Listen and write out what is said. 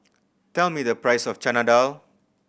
tell me the price of Chana Dal